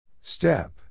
Step